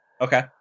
Okay